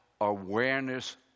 awareness